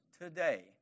today